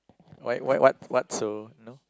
why why what what so you know